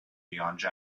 apology